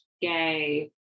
gay